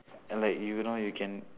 like you know you can